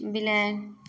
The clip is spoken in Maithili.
बिलाड़ि